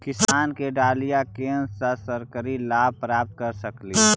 किसान के डालीय कोन सा सरकरी लाभ प्राप्त कर सकली?